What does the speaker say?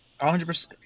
100